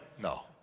no